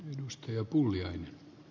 arvoisa puhemies